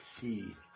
see